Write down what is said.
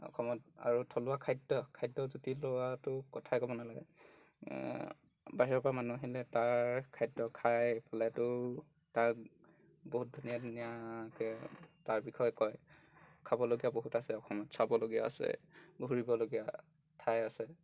অসমত আৰু থলুৱা খাদ্য খাদ্য জুতি লোৱাটো কথাই ক'ব নালাগে বাহিৰৰ পৰা মানুহ আহিলে তাৰ খাদ্য খাই পেলাইতো তাক বহুত ধুনীয়া ধুনীয়াকৈ তাৰ বিষয়ে কয় খাবলগীয়া বহুত আছে অসমত চাবলগীয়া আছে ঘূৰিবলগীয়া ঠাই আছে